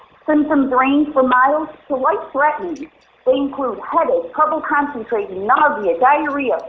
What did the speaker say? symptoms range from mild to life threatening. it includes headache, trouble concentrating, nausea, diarrhea,